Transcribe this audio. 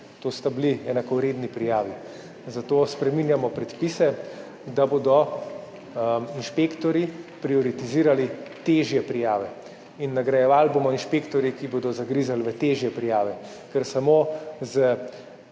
To sta bili enakovredni prijavi. Zato spreminjamo predpise, da bodo inšpektorji prioritizirali težje prijave. Nagrajevali bomo inšpektorje, ki bodo zagrizli v težje prijave. Ker samo z